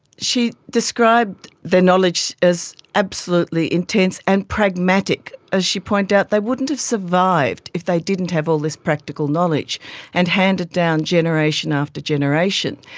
she described the knowledge as absolutely intense and pragmatic. as she pointed out, they wouldn't have survived if they didn't have all this practical knowledge and handed down generation after generation.